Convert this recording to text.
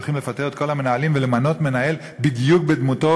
שהולכים לפטר את כל המנהלים ולמנות מנהל בדיוק בדמותו